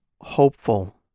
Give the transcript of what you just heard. hopeful